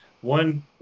One